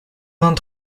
vingt